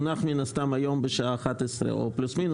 הסתם הוא יונח היום בשעה 11:00 פלוס-מינוס,